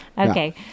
Okay